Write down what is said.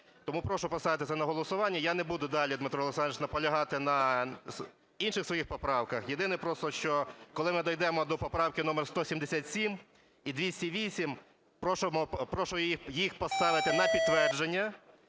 Тому прошу поставити це на голосування. Я не буду далі, Дмитро Олександрович, наполягати на інших своїх поправках, єдине просто, що коли ми дійдемо до поправки номер 177 і 208, прошу їх поставити на підтвердження,